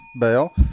bell